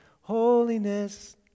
holiness